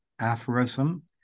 aphorism